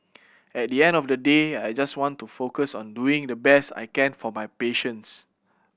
at the end of the day I just want to focus on doing the best I can for my patients